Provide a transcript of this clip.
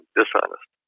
dishonest